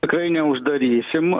tikrai neuždarysim